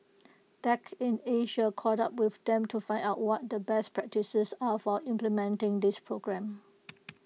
tech in Asia caught up with them to find out what the best practices are for implementing this program